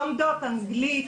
לומדות אנגלית.